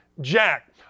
Jack